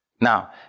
Now